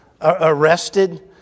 arrested